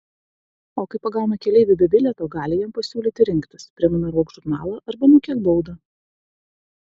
o kai pagauna keleivį be bilieto gali jam pasiūlyti rinktis prenumeruok žurnalą arba mokėk baudą